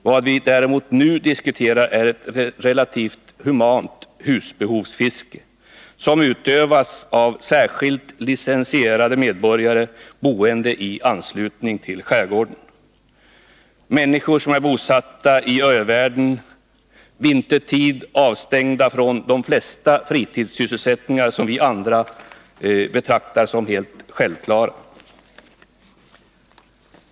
Vad vi däremot nu diskuterar är ett relativt humant husbehovsfiske som utövas av särskilt licensierade medborgare, boende i anslutning till skärgården — ofta människor som är bosatta i övärlden vintertid, avstängda från de flesta fritidssysselsättningar som vi andra betraktar som helt självklara.